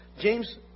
James